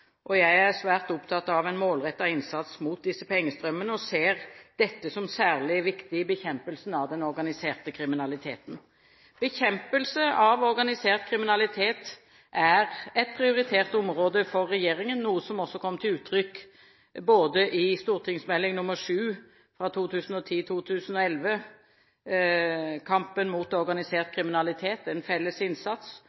Jeg er svært opptatt av en målrettet innsats mot disse pengestrømmene og ser dette som særlig viktig i bekjempelsen av den organiserte kriminaliteten. Bekjempelse av organisert kriminalitet er et prioritert område for regjeringen, noe som også kommer til uttrykk både i Meld. St. 7 for 2010–2011 Kampen mot organisert